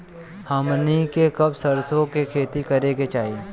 हमनी के कब सरसो क खेती करे के चाही?